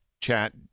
chat